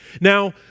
Now